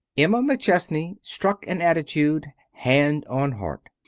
emma mcchesney struck an attitude, hand on heart.